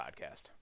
podcast